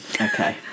okay